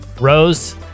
Rose